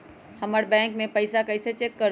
हमर बैंक में पईसा कईसे चेक करु?